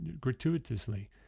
gratuitously